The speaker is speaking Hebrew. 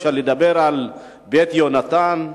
אפשר לדבר על "בית יהונתן",